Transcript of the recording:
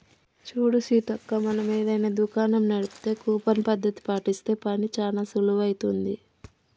చూడు సీతక్క మనం ఏదైనా దుకాణం నడిపితే కూపన్ పద్ధతి పాటిస్తే పని చానా సులువవుతుంది